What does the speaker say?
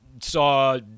saw